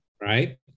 right